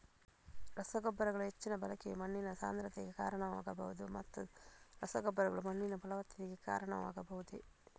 ರಸಗೊಬ್ಬರಗಳ ಹೆಚ್ಚಿನ ಬಳಕೆಯು ಮಣ್ಣಿನ ಸಾಂದ್ರತೆಗೆ ಕಾರಣವಾಗಬಹುದೇ ಮತ್ತು ರಸಗೊಬ್ಬರಗಳು ಮಣ್ಣಿನ ಫಲವತ್ತತೆಗೆ ಕಾರಣವಾಗಬಹುದೇ?